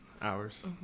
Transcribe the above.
hours